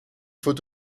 faut